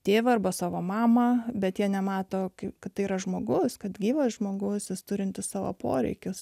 tėvą arba savo mamą bet jie nemato kad tai yra žmogus kad gyvas žmogus turintis savo poreikius